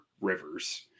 Rivers